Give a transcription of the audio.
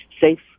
safe